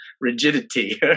rigidity